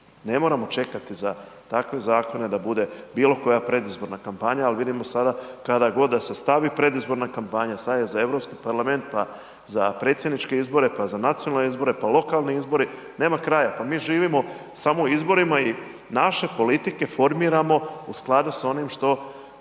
Ne moramo čekati za takve zakone da bude bilokoja predizborna kampanja ali vidimo sada kada god da se stavi predizborna kampanja, sad je za Europski parlament pa za Predsjedničke izbore pa za nacionalne izbore pa lokalni izbori, nema kraja. Pa mi živimo samo u izborima i naše politike formiramo u skladu sa onim što